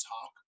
talk